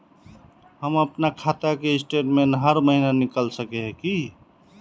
हम अपना खाता के स्टेटमेंट हर महीना निकल सके है की?